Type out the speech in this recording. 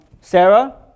Sarah